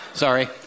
Sorry